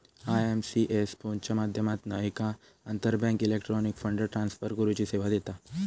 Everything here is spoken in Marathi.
आय.एम.पी.एस फोनच्या माध्यमातना एक आंतरबँक इलेक्ट्रॉनिक फंड ट्रांसफर करुची सेवा देता